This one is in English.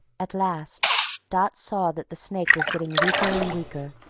at last dot saw that the snake was getting weaker and weaker,